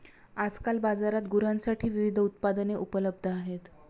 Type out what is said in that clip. आजकाल बाजारात गुरांसाठी विविध उत्पादने उपलब्ध आहेत